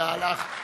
(מחיאות